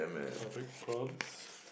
public prompts